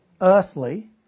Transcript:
Earthly